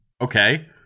Okay